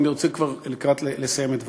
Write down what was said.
אני רוצה כבר לסיים את דברי: